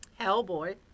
Hellboy